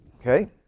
okay